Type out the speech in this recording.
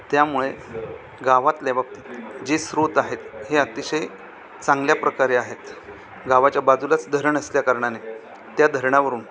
त्यामुळे गावातल्या बाबतीत जे स्रोत आहेत हे अतिशय चांगल्या प्रकारे आहेत गावाच्या बाजूलाच धरण असल्या कारणाने त्या धरणावरून